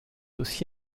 aussi